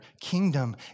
kingdom